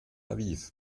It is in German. aviv